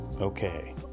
Okay